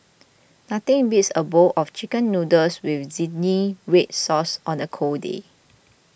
nothing beats a bowl of Chicken Noodles with Zingy Red Sauce on a cold day